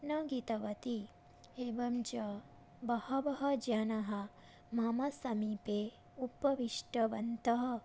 न गीतवती एवं च बहवः जनाः मम समीपे उपविष्टवन्तः